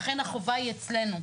לכן החובה היא אצלנו.